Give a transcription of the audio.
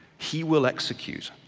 he will execute.